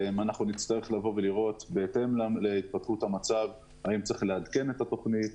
נצטרך לראות בהתאם להתפתחות המצב האם צריך לעדכן את התוכנית,